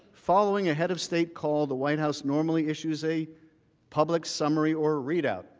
following a head of state called the white house normally issues a public summary or readout